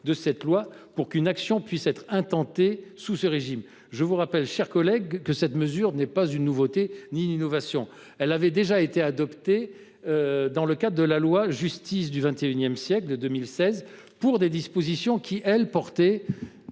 de cette loi pour qu’une action puisse être intentée sous ce régime. Je vous rappelle, chers collègues, que cette mesure n’est ni une nouveauté ni une innovation. Elle avait déjà été adoptée dans le cadre de la loi du 18 novembre 2016 de modernisation de la justice